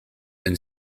and